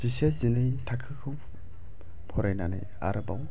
जिसे जिनै थाखोखौ फरायनानै आरोबाव